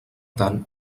tant